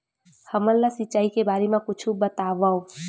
हमन ला सिंचाई के बारे मा कुछु बतावव?